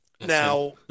Now